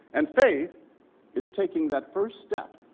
and faith is takeing that first step.